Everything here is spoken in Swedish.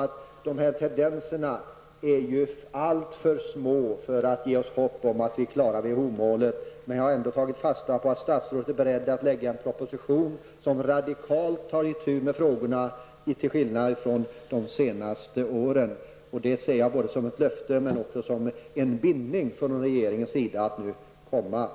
Jag tror att de tendenserna är alltför små för att ge oss hopp om att vi klarar WHO-målet, men jag har ändå tagit fasta på att statsrådet är beredd att lägga fram en proposition där man nu radikalt tar itu med de här sakerna, till skillnad från de senaste åren. Det ser jag som ett löfte, men också som en bindning från regeringens sida att nu göra det.